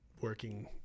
working